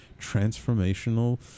transformational